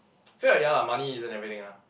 feel like ya lah money isn't everything ah